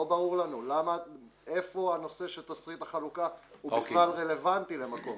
לא ברור לנו איפה הנושא של תשריט החלוקה הוא בכלל רלוונטי למקום הזה.